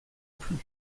plus